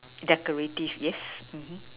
decorative yes